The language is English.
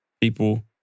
people